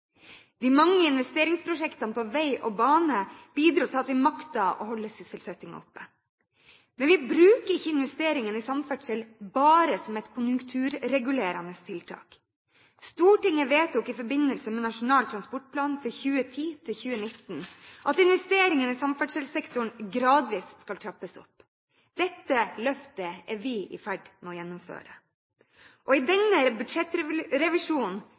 De mange investeringsprosjektene på vei og bane bidro til at vi maktet å holde sysselsettingen oppe. Men vi bruker ikke investeringene i samferdsel bare som et konjunkturregulerende tiltak. Stortinget vedtok i forbindelse med Nasjonal transportplan 2010–2019 at investeringene i samferdselssektoren gradvis skal trappes opp. Dette løftet er vi i ferd med å gjennomføre. I